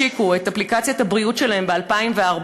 השיקו את אפליקציית הבריאות שלהם ב-2014,